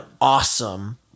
awesome